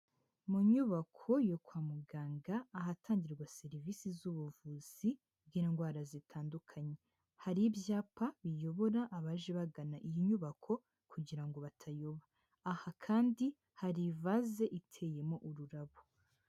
Mu nyubako yo kwa muganga ahatangirwa serivisi z'ubuvuzi bw'indwara zitandukanye. Hari ibyapa biyobora abaje bagana iyi nyubako kugira ngo batayoba. Aha kandi, hari ivaze iteyemo ururabo.